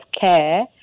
care